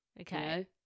Okay